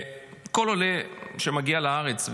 כל עולה שמגיע לארץ,